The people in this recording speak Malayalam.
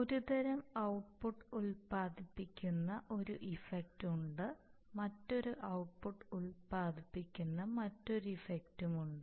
ഒരു തരം ഔട്ട്പുട്ട് ഉൽപാദിപ്പിക്കുന്ന ഒരു ഇഫക്റ്റ് ഉണ്ട് മറ്റൊരു ഔട്ട്പുട്ട് ഉൽപാദിപ്പിക്കുന്ന മറ്റൊരു ഇഫക്റ്റും ഉണ്ട്